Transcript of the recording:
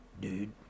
dude